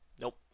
Nope